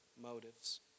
motives